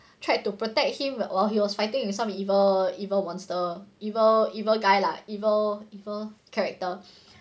tried to protect him while he was fighting with some evil evil monster evil evil guy lah evil evil character